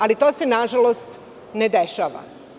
Ali, to se, nažalost, ne dešava.